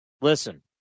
Listen